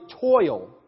toil